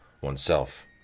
oneself